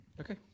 Okay